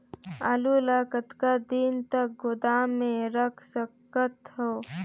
आलू ल कतका दिन तक गोदाम मे रख सकथ हों?